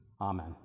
Amen